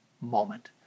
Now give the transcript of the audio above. moment